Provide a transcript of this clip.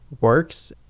works